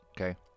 okay